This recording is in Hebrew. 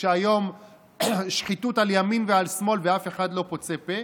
כשהיום שחיתות על ימין ועל שמאל ואף אחד לא פוצה פה.